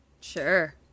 Sure